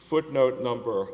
footnote number